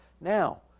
Now